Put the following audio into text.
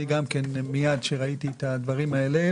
מייד כשראיתי את הדברים האלה,